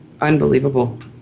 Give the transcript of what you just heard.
Unbelievable